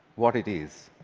what it is,